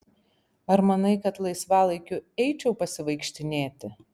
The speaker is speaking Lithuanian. ar manai kad laisvalaikiu eičiau pasivaikštinėti